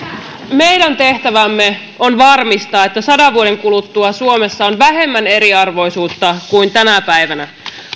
meidän tehtävämme on varmistaa että sadan vuoden kuluttua suomessa on vähemmän eriarvoisuutta kuin tänä päivänä